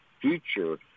future